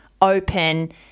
open